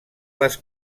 les